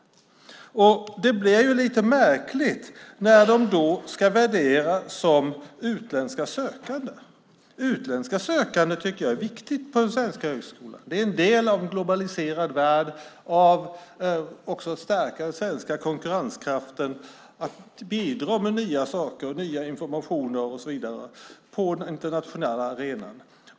Det blir lite märkligt när de då ska värderas som utländska sökande. Jag tycker att det är viktigt med utländska sökande till den svenska högskolan. Det är en del av en globaliserad värld för att stärka den svenska konkurrenskraften och bidra med nya saker, ny information och så vidare på den internationella arenan.